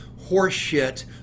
horseshit